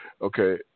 Okay